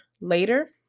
later